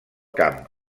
camp